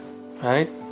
right